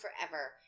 forever